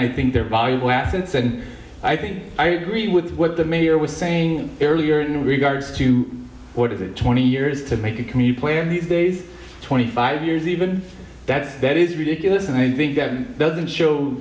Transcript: i think they're valuable assets and i think i agree with what the mayor was saying earlier in regards to what is it twenty years to make a commute plan these days twenty five years even that that is ridiculous and i think that doesn't show